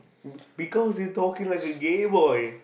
because he talking like a gay boy